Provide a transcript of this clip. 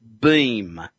Beam